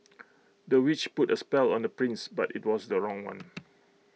the witch put A spell on the prince but IT was the wrong one